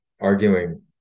Arguing